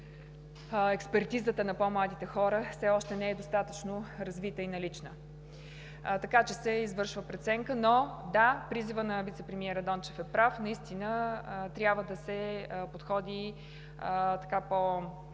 експертизата на по-младите хора все още не е достатъчно развита и налична. Така че се извършва преценка. Да, призивът на вицепремиера Дончев, прав е, наистина трябва да се подходи по-координирано,